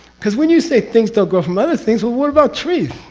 because when you say things don't go from other things, well, what about trees?